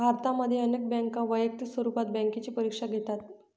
भारतामध्ये अनेक बँका वैयक्तिक स्वरूपात बँकेची परीक्षा घेतात